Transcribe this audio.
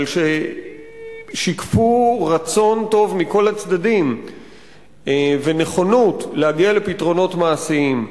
אבל ששיקפו רצון טוב מכל הצדדים ונכונות להגיע לפתרונות מעשיים.